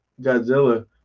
Godzilla